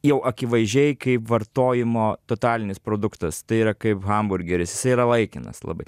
jau akivaizdžiai kaip vartojimo totalinis produktas tai yra kaip hamburgeris jisai yra laikinas labai